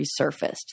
resurfaced